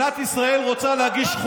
צריך הרבה כסף.